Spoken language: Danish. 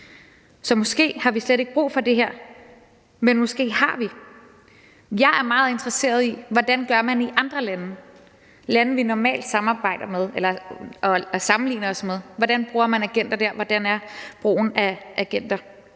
Så måske har vi slet ikke brug for det her, men måske har vi. Jeg er meget interesseret i, hvordan man gør i andre lande – lande, vi normalt sammenligner os med. Hvordan bruger man agenter der? Hvordan er brugen af agenter